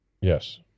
Yes